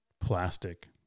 plastic